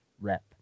rep